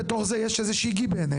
בתוך זה יש איזושהי גיבנת,